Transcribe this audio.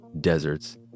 deserts